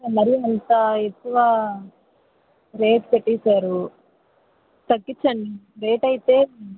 మరీ అంత ఎక్కువ రేట్ పెట్టేసారు తగ్గించండి రేట్ అయితే